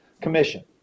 commission